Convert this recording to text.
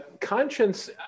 conscience